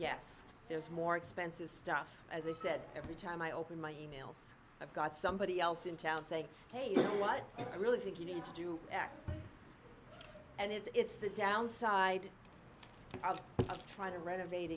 yes there's more expensive stuff as i said every time i open my emails i've got somebody else in town saying hey you know what i really think you need to do x and it's the downside of trying to renovate